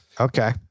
Okay